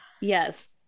Yes